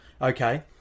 okay